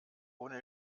ohne